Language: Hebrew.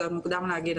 זה עוד מוקדם להגיד,